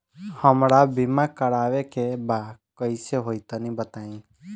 हमरा बीमा करावे के बा कइसे होई तनि बताईं?